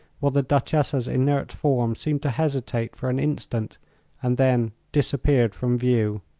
while the duchessa's inert form seemed to hesitate for an instant and then disappeared from view.